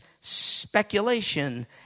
speculation